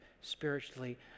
spiritually